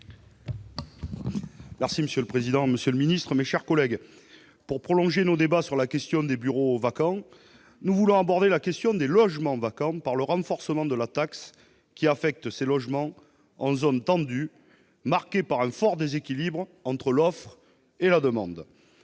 est ainsi libellé : La parole est à M. Fabien Gay. Pour prolonger nos débats sur la question des bureaux vacants, nous voulons aborder la question des logements vacants, par le renforcement de la taxe qui affecte ses logements en zones tendues, marquées par un fort déséquilibre entre l'offre et la demande.